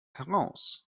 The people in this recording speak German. heraus